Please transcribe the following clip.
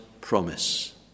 promise